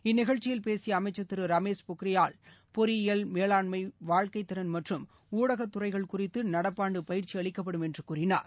இந்நிகழ்ச்சியில் பேசிய அமைச்சர் திரு ரமேஷ் பொக்ரியால் பொறியியல் மேலாண்மை வாழ்க்கை திறன் மற்றும் ஊடகத்துறைகள் குறித்து நடப்பாண்டு பயிற்சி அளிக்கப்படும் என்று கூறினார்